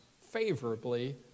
favorably